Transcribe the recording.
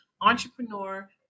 entrepreneur